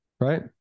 Right